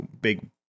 big